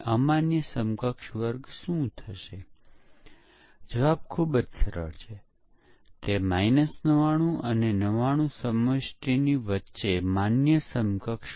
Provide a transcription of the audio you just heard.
કંપનીઓ ઉપયોગ કરે છે તે 4 પ્રાથમિક તકનીકો છે એક તકનીક સમીક્ષા છે